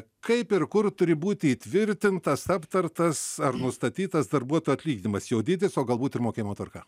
kaip ir kur turi būti įtvirtintas aptartas ar nustatytas darbuotojo atlyginimas jo dydis o galbūt ir mokėjimo tvarka